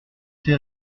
ces